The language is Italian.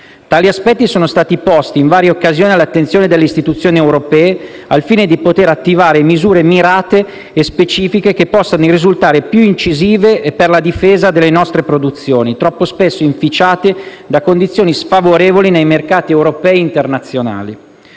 Tali aspetti sono stati posti in varie occasioni all'attenzione delle istituzioni europee al fine di poter attivare misure mirate e specifiche che possano risultare più incisive per la difesa delle nostre produzioni, troppo spesso inficiate da condizioni sfavorevoli nei mercati europei e internazionali.